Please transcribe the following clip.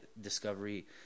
Discovery